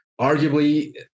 Arguably